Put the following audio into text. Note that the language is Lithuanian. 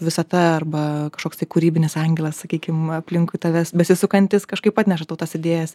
visata arba kažkoks tai kūrybinis angelas sakykim aplinkui tavęs besisukantis kažkaip atneša tau tas idėjas